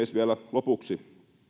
lopuksi